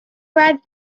dive